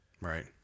Right